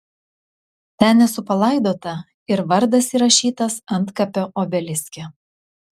ten esu palaidota ir vardas įrašytas antkapio obeliske